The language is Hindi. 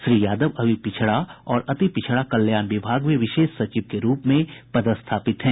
श्री यादव अभी पिछड़ा और अति पिछड़ा कल्याण विभाग में विशेष सचिव के रूप में पदस्थापित हैं